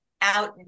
out